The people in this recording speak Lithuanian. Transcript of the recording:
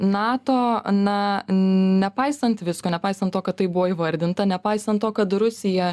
nato na nepaisant visko nepaisant to kad tai buvo įvardinta nepaisant to kad rusija